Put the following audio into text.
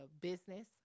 business